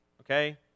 okay